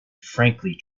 frankly